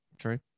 true